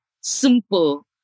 simple